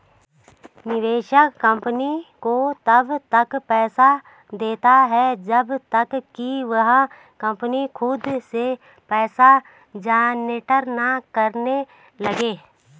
निवेशक कंपनी को तब तक पैसा देता है जब तक कि वह कंपनी खुद से पैसा जनरेट ना करने लगे